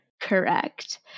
Correct